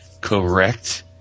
Correct